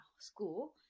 school